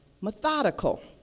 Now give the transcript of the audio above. methodical